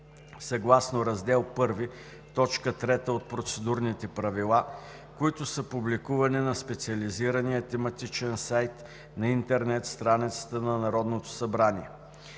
съгласно Раздел I, т. 3 от Процедурните правила, които са публикувани на специализирания тематичен сайт на интернет страницата на Народното събрание.